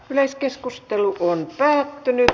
yleiskeskustelu päättyi